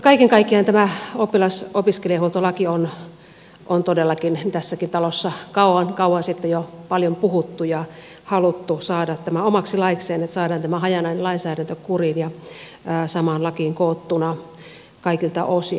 kaiken kaikkiaan tämä oppilas ja opiskelijahuoltolaki on todellakin tässäkin talossa kauan kauan sitten jo paljon puhuttu ja haluttu saada tämä omaksi laikseen että saadaan tämä hajanainen lainsäädäntö kuriin ja samaan lakiin koottuna kaikilta osin